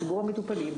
ציבור המטופלים,